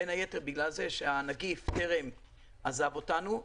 בין היתר בגלל שהנגיף טרם עזב אותנו.